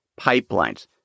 pipelines